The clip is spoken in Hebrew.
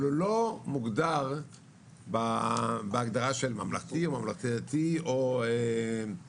אבל הוא לא מוגדר בהגדרה של ממלכתי או ממלכתי דתי או מוכשר.